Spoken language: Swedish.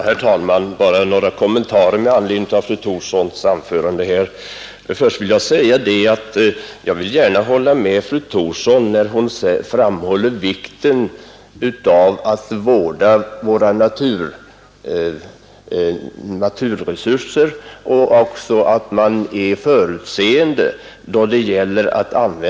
Herr talman! Bara några kommentarer med anledning av fru Thorssons anförande. Först vill jag säga att jag gärna vill hålla med fru Thorsson när hon framhåller vikten av att vårda våra naturresurser och vara förutseende vid användningen av dem.